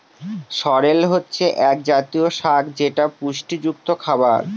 সরেল হচ্ছে এক জাতীয় শাক যেটা পুষ্টিযুক্ত খাবার